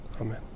Amen